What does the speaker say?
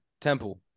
Temple